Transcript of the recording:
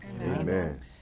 Amen